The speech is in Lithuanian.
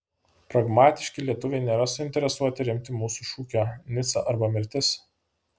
pragmatiški lietuviai nėra suinteresuoti remti mūsų šūkio nica arba mirtis